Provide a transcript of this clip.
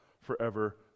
forever